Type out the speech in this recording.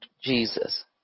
Jesus